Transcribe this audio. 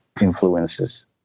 influences